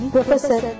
Professor